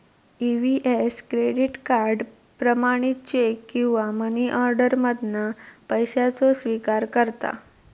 EVS credit card, प्रमाणित cheque किंवा money order मधना पैशाचो स्विकार करता